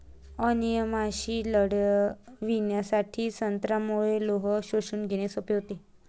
अनिमियाशी लढण्यासाठी संत्र्यामुळे लोह शोषून घेणे सोपे होते